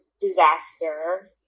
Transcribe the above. disaster